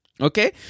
Okay